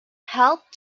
helped